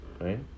right